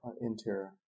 interior